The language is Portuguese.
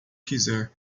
quiser